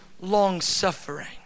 long-suffering